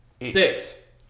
Six